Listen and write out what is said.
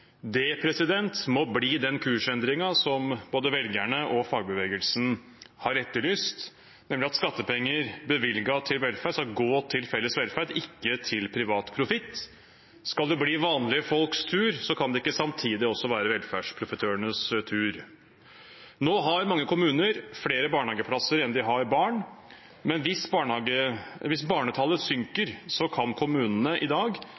Det må bli den kursendringen som både velgerne og fagbevegelsen har etterlyst, nemlig at skattepenger bevilget til velferd skal gå til felles velferd, ikke til privat profitt. Skal det bli vanlige folks tur, kan det ikke samtidig også være velferdsprofitørenes tur. Nå har mange kommuner flere barnehageplasser enn de har barn, men hvis barnetallet synker, kan kommunene i dag